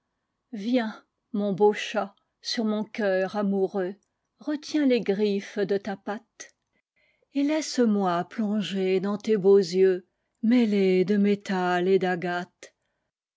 viens mon beau chat sur mon cœur amoureux retiens les griftes de la patie et laisse-moi plonger dans tes neaux yeux mêlés de métal et d'acrate